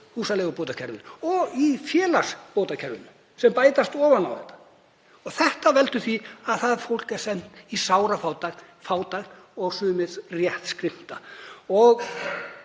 húsaleigubætur og í félagsbótakerfinu sem bætast ofan á þetta. Þetta veldur því að það fólk er sent í sárafátækt, fátækt og sumir rétt skrimta.